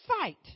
fight